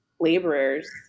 laborers